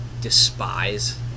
despise